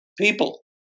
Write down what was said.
people